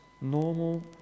normal